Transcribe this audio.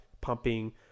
pumping